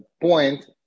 point